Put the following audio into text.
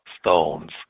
stones